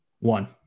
One